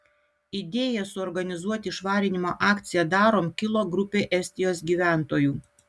idėja suorganizuoti švarinimo akciją darom kilo grupei estijos gyventojų